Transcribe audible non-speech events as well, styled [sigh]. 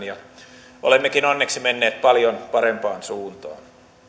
[unintelligible] ja olemmekin onneksi menneet paljon parempaan suuntaan